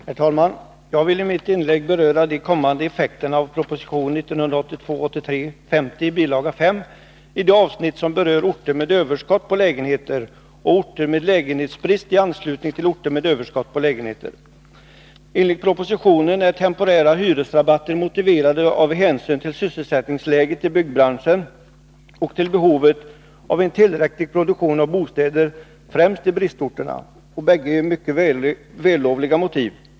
Herr talman! Jag vill i mitt inlägg beröra de kommande effekterna av proposition 1982/83:50, bilaga 5, i de avsnitt som berör orter med överskott på lägenheter och orter med lägenhetsbrist i anslutning till orter med överskott på lägenheter. Enligt propositionen är temporära hyresrabatter motiverade av hänsyn till sysselsättningsläget i byggbranschen och till behovet av en tillräcklig produktion av bostäder främst i bristorterna. Bägge motiven är mycket vällovliga.